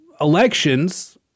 elections